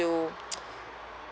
still